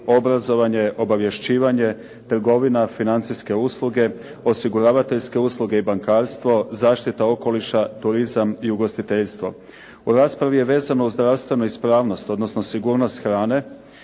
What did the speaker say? obrazovanje, obavješćivanje, trgovina financijske usluge, osiguravateljske usluge i bankarstvo, zaštita okoliša, turizam i ugostiteljstvo. U raspravi je vezano uz zdravstvenu ispravnost, odnosno sigurnost hrane